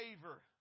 favor